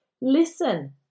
Listen